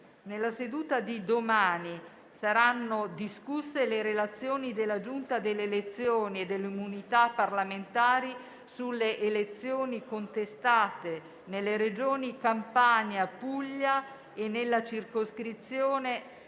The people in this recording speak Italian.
Nella seduta di domani saranno discusse le relazioni della Giunta delle elezioni e delle immunità parlamentari sulle elezioni contestate nelle Regioni Campania, Puglia e nella Circoscrizione